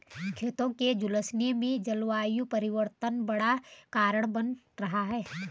खेतों के झुलसने में जलवायु परिवर्तन बड़ा कारण बन रहा है